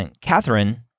Catherine